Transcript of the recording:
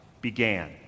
began